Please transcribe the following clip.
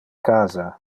casa